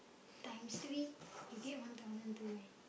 times three you get one thousand two eh